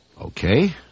Okay